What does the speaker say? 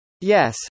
Yes